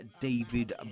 david